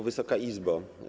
Wysoka Izbo!